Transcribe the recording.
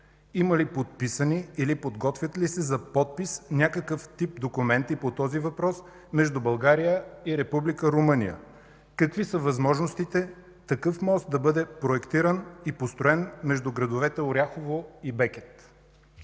Има ли подписани или подготвят ли се за подпис някакъв тип документи по този въпрос между България и Република Румъния? Какви са възможностите такъв мост да бъде проектиран и построен между градовете Оряхово и Бекет?